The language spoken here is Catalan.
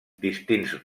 distints